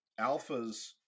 Alphas